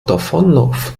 davonlaufen